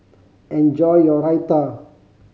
enjoy your Raita